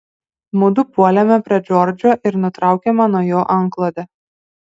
mudu puolėme prie džordžo ir nutraukėme nuo jo antklodę